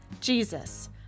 Jesus